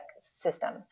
system